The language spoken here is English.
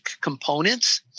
components